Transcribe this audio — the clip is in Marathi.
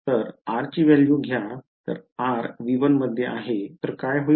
तर r ची व्हॅल्यू घ्या तर r V1मध्ये आहे तर काय होईल